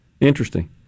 Interesting